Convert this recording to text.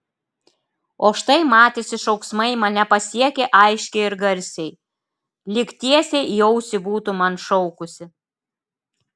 o štai matėsi šauksmai mane pasiekė aiškiai ir garsiai lyg tiesiai į ausį būtų man šaukusi